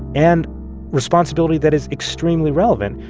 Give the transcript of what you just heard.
and responsibility that is extremely relevant,